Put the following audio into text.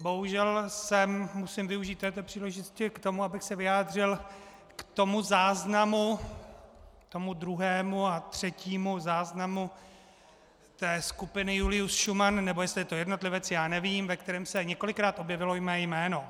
Bohužel musím využít této příležitosti k tomu, abych se vyjádřil k tomu záznamu k druhému a třetímu záznamu té skupiny Julius Šuman, nebo jestli je to jednotlivec, já nevím, ve kterém se několikrát objevilo mé jméno.